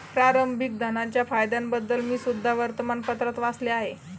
प्रारंभिक धनाच्या फायद्यांबद्दल मी सुद्धा वर्तमानपत्रात वाचले आहे